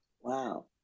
wow